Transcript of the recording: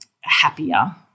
happier